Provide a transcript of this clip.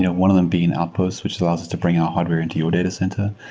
one of them being outpost, which allows us to bring our hardware into your data center.